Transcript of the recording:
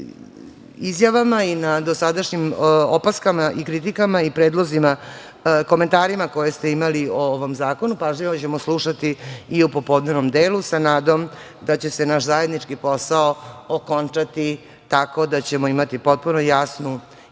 izjavama i na dosadašnjim opaskama, kritikama i predlozima, komentarima koje ste imali o ovom zakonu. Pažljivo ćemo slušati i u popodnevnom delu, sa nadom da će se naš zajednički posao okončati tako da ćemo imati potpuno jasnu i